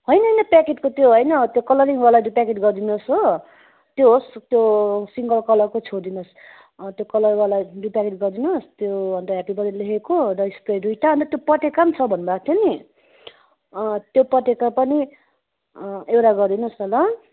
होइन होइन प्याकेटको त्यो होइन त्यो कलरिङवाला चाहिँ प्याकेट गरिदिनु होस् हो त्यो होस् त्यो सिङ्गल कलरको छोडिदिनु होस् त्यो कलरवाला दुई प्याकेट गरिदिनु होस् त्यो अन्त हेप्पी बर्थडे लेखेको र स्प्रे दुईवटा अन्त पटेका पनि छ भन्नुभएको थियो नि त्यो पटेका पनि एउटा गरिदिनु होस् न ल